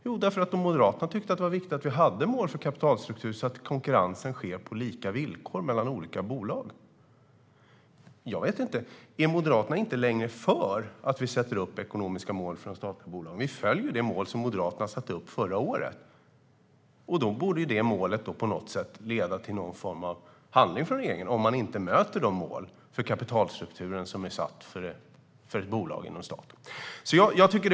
Jo, därför att Moderaterna tyckte att det var viktigt att vi hade mål för kapitalstruktur, så att konkurrensen sker på lika villkor mellan olika bolag. Är Moderaterna inte längre för att vi sätter upp ekonomiska mål för de statliga bolagen? Vi följer ju det mål som Moderaterna har satt upp förra året. Det målet borde på något sätt leda till någon form av handling från regeringen, om ett bolag inte möter de mål för kapitalstrukturen som är satta för ett bolag inom staten.